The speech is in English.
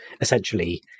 essentially